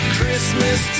Christmas